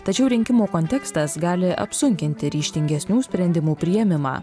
tačiau rinkimų kontekstas gali apsunkinti ryžtingesnių sprendimų priėmimą